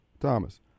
Thomas